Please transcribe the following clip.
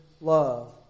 love